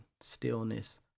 stillness